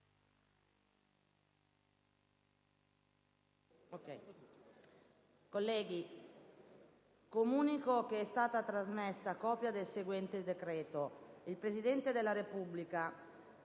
Colleghi, comunico che è stata trasmessa copia del seguente decreto: «Il Presidente della Repubblica,